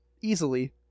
easily